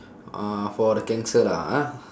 uh for the cancer lah ah